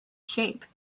shape